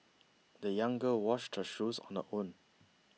the young girl washed her shoes on her own